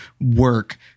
work